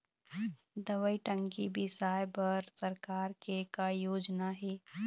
दवई टंकी बिसाए बर सरकार के का योजना हे?